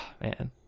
Man